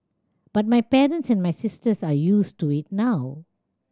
but my parents and my sisters are used to it now